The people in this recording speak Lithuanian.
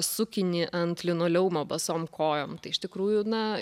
sukinį ant linoleumo basom kojom tai iš tikrųjų na